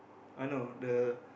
I know the